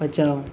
बचाओ